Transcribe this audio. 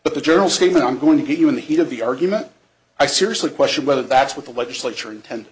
but the general statement i'm going to give you in the heat of the argument i seriously question whether that's what the legislature